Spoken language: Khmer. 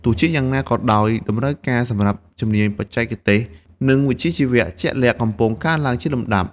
ទោះជាយ៉ាងណាក៏ដោយ តម្រូវការសម្រាប់ជំនាញបច្ចេកទេស និងវិជ្ជាជីវៈជាក់លាក់កំពុងកើនឡើងជាលំដាប់។